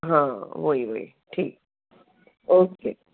हाँ वही वही ठीक ओके